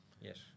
yes